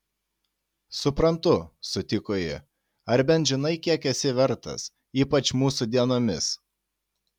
suprantu sutiko ji ar bent žinai kiek esi vertas ypač mūsų dienomis